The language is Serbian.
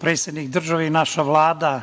predsednik države i naša Vlada